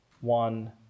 One